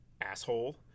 asshole